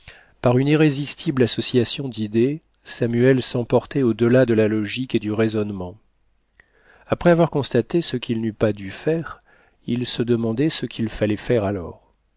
par une irrésistible association d'idées samuel s'emportait au-delà de la logique et du raisonnement après avoir constaté ce qu'il n'eût pas dû faire il se demandait ce qu'il fallait faire alors